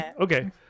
Okay